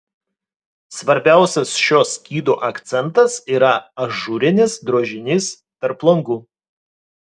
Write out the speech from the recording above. svarbiausias šio skydo akcentas yra ažūrinis drožinys tarp langų